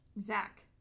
Zach